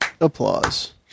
applause